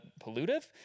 pollutive